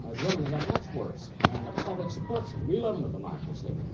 ah germany had much worse and the public supports them. we live in a democracy,